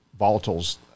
volatiles